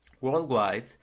Worldwide